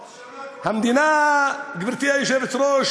ראש השנה, המדינה, גברתי היושבת-ראש,